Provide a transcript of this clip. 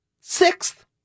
sixth